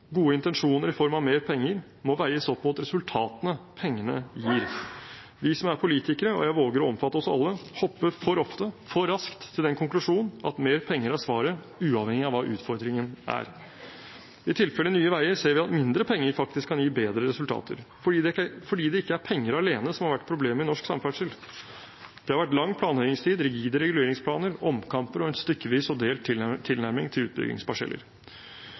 Gode intensjoner i form av mer penger må veies opp mot resultatene pengene gir. Vi som er politikere, og jeg våger å omfatte oss alle, hopper for ofte for raskt til den konklusjonen at mer penger er svaret, uavhengig av hva utfordringen er. I tilfellet Nye Veier ser vi at mindre penger faktisk kan gi bedre resultater – fordi det ikke er penger alene som har vært problemet i norsk samferdsel. Det har vært lang planleggingstid, rigide reguleringsplaner, omkamper og en stykkevis og delt tilnærming til